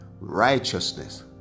righteousness